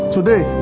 Today